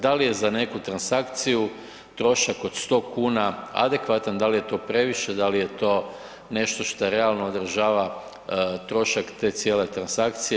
Da li je za neku transakciju trošak od 100 kuna adekvatan, da li je to previše, da li je to nešto šta realno održava trošak te cijele transakcije?